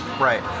right